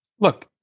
Look